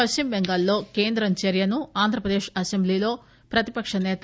పశ్చిమ బెంగాల్లో కేంద్రం చర్యను ఆంధ్రప్రదేశ్ అసెంబ్లీలో ప్రతిపక్ష సేత